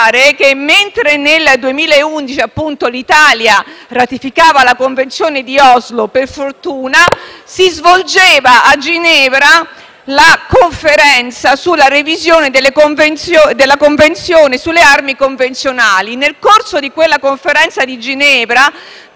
che, mentre nel 2011, appunto, l'Italia ratificava la Convenzione di Oslo - per fortuna - si svolgeva a Ginevra la Conferenza sulla revisione della convenzione sulle armi convenzionali. Nel corso di quella Conferenza, nel